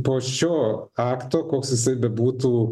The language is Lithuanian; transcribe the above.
po šio akto koks jisai bebūtų